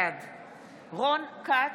בעד רון כץ,